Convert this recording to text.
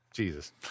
jesus